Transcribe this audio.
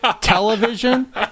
television